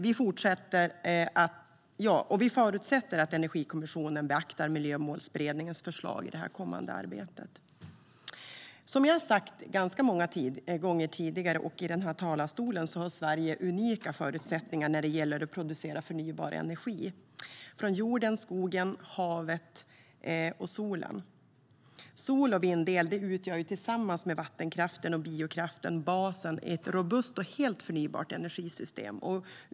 Vi förutsätter att Energikommissionen beaktar Miljömålsberedningens förslag i det kommande arbetet. Sverige har, som jag har sagt ganska många gånger i den här talarstolen, unika förutsättningar när det gäller att producera förnybar energi från jorden, skogen, havet, vinden och solen. Sol och vindel utgör tillsammans med vattenkraft och biokraft basen i ett robust och helt förnybart energisystem.